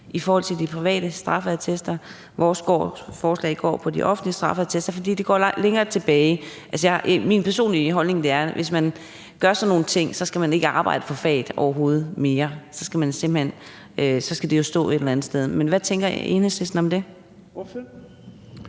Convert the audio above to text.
i forhold til de private straffeattester. Vores forslag går på de offentlige straffeattester, fordi det går længere tilbage. Altså, min personlige holdning er, at hvis man gør sådan nogle ting, så skal man overhovedet ikke arbejde inden for faget mere. Så skal det jo stå et eller andet sted. Men hvad tænker Enhedslisten om det?